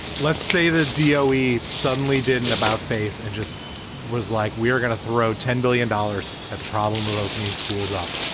let's say the doj suddenly did an about face and just was like, we are going to throw ten billion dollars at the problem of opening schools up.